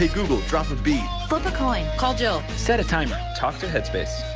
ah google, drop a beat. flip a coin. call jill. set a timer. talk to headspace.